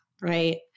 right